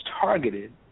targeted